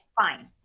fine